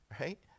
right